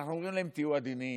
אנחנו אומרים להם: תהיו עדינים,